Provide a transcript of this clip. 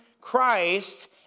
Christ